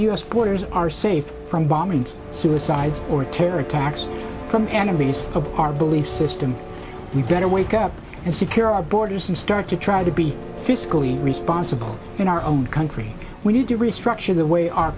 the us borders are safe from bombings suicides or terror attacks from enemies of our belief system we better wake up and secure our borders and start to try to be fiscally responsible in our own country we need to restructure the way our